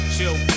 Chill